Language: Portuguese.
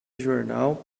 jornal